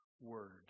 word